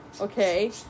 Okay